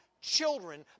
children